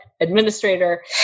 administrator